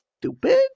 stupid